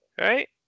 right